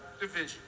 division